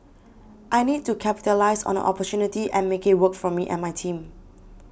I need to capitalise on the opportunity and make it work for me and my team